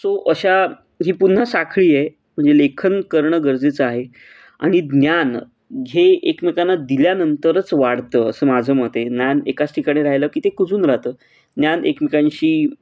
so अशा ही पुन्हा साखळी आहे म्हणजे लेखन करणं गरजेचं आहे आणि ज्ञान घे एकमेकांना दिल्यानंतरच वाढतं असं माझं मत आहे ज्ञान एकाच ठिकाणी राहिलं की ते कुजून राहतं ज्ञान एकमेकांशी